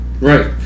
Right